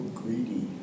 greedy